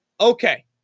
Okay